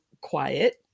quiet